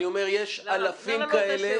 אני אומר שיש אלפים כאלה,